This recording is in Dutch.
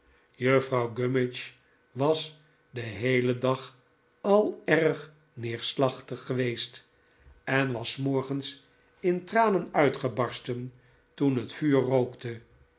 juffrouw gummidge was den heelen dag al erg neerslachtig geweest en was s morgens in tranen uitgebarsten toen het vuur rookte